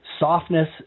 softness